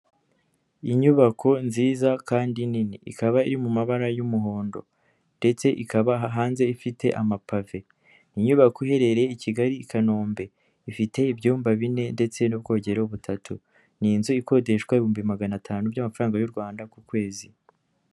Inyubako nziza kandi nini, ikaba iri mu mabara y'umuhondo ndetse ikaba hanze ifite amapave, inyubako iherereye i Kigali i Kanombe, ifite ibyumba bine ndetse n'ubwogero butatu, ni inzu ikodeshwa ibihumbi magana atanu by'amafaranga y'u Rwanda ku kwezi.